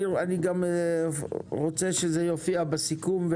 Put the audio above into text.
אני גם רוצה שזה יופיע בסיכום.